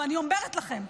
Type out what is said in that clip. ואני אומרת לכם,